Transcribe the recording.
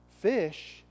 fish